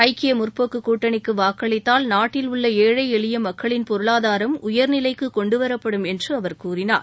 ஐக்கியமுற்போக்குகூட்டணிக்குவாக்களித்தால் நாட்டில் உள்ளஏழைஎளியமக்களின் பொருளாதாரம் உயர்நிலைக்குகொண்டுவரப்படும் என்றுஅவர் கூறினார்